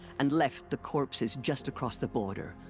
and left the corpses just across the border.